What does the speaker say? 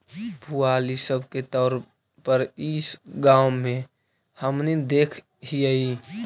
पुआल इ सब के तौर पर इस गाँव में हमनि देखऽ हिअइ